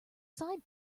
side